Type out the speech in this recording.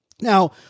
Now